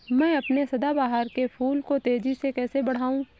मैं अपने सदाबहार के फूल को तेजी से कैसे बढाऊं?